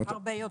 הרבה יותר.